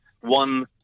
One